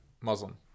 Muslim